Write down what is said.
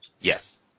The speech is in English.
Yes